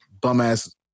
bum-ass